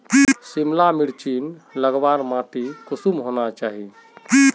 सिमला मिर्चान लगवार माटी कुंसम होना चही?